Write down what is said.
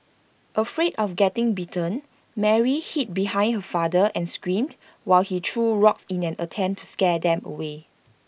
afraid of getting bitten Mary hid behind her father and screamed while he threw rocks in an attempt to scare them away